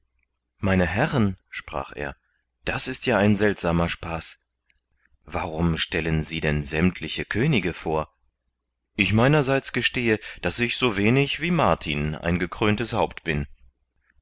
meine herren sprach er das ist ja ein seltsamer spaß warum stellen sie denn sämmtliche könige vor ich meinerseits gestehe daß ich so wenig wie martin ein gekröntes haupt bin